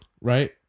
Right